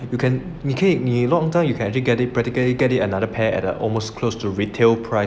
you can 你可以你弄脏 you can actually get it practically you get it another pair at a almost close to retail price